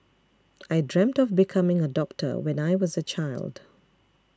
I dreamt of becoming a doctor when I was a child